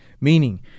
Meaning